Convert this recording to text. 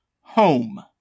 home